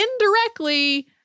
indirectly